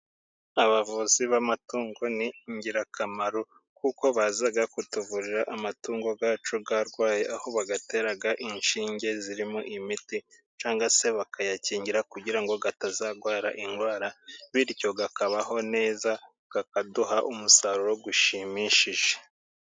Abavuzi b'amatungo ni ingirakamaro kuko baza kutuvurira amatungo yacu yarwaye, aho bayatera inshinge zirimo imiti cyangwa se bakayakingira kugira ngo atazarwara indwara. Bityo akabaho neza akaduha umusaruro ushimishije.